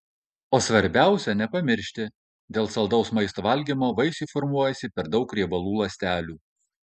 o svarbiausia nepamiršti dėl saldaus maisto valgymo vaisiui formuojasi per daug riebalų ląstelių